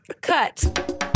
Cut